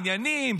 עניינים,